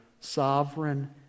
sovereign